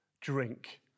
drink